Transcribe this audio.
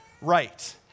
right